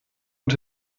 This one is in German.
und